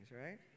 right